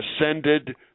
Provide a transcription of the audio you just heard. ascended